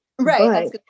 Right